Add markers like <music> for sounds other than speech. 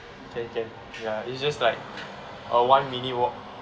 can can ya it's just like a one minute walk <laughs>